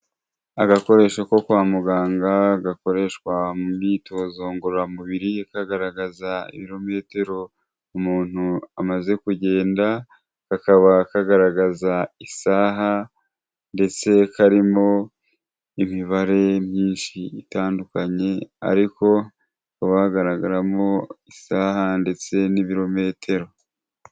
Agakoresho ko kwa muganga gakoreshwa mu myitozo ngororamubiri, kagaragaza ibirometero umuntu amaze kugenda, kakaba kagaragaza isaha ndetse karimo imibare myinshi itandukanye ariko hakaba hagaragaramo isaha ndetse n'ibirometero.